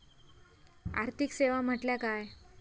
आर्थिक सेवा म्हटल्या काय?